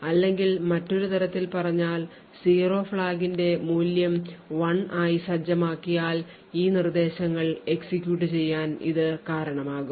അല്ലെങ്കിൽ മറ്റൊരു തരത്തിൽ പറഞ്ഞാൽ zero ഫ്ലാഗിന്റെ മൂല്യം 1 ആയി സജ്ജമാക്കിയാൽ ഈ നിർദ്ദേശങ്ങൾ execute ചെയ്യാൻ ഇതു കാരണമാകും